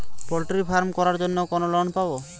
Poultry farm করার জন্য কোন লোন পাব?